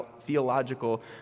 theological